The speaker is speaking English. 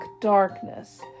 darkness